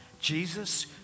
jesus